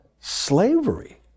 slavery